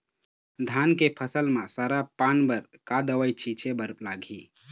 धान के फसल म सरा पान बर का दवई छीचे बर लागिही?